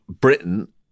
Britain